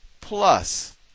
plus